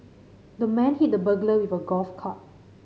the man hit the burglar with a golf club